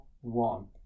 one